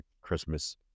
Christmas